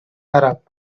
arab